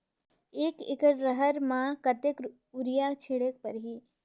एक एकड रहर म कतेक युरिया छीटेक परही?